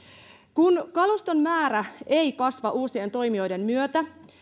kun kaluston määrä ei kasva uusien toimijoiden myötä